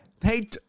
hey